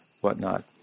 whatnot